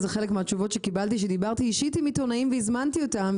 זה חלק מהתשובות שקיבלתי כשדיברתי אישית עם עיתונאים והזמנתי אותם,